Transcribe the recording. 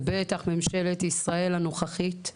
ובטח ממשלת ישראל הנוכחית,